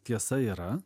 tiesa yra